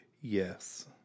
Yes